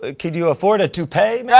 ah could you afford a toupee yeah